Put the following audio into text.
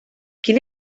quin